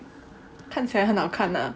看起来很好看 ah